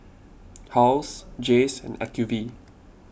Halls Jays and Acuvue